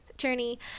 journey